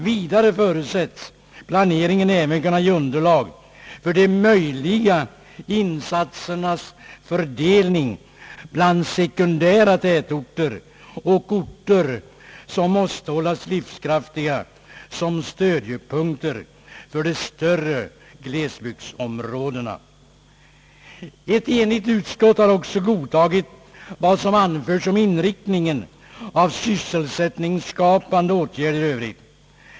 Vidare förutsätts planeringen även kunna ge underlag för de möjliga insatsernas fördelning bland sekundära tätorter och orter som måste hållas livskraftiga som stödjepunkter för de större glesbygdsområdena. Ett enigt utskott har också godtagit vad som anförts om inriktningen av sysselsättningsskapande åtgärder i öv rigt.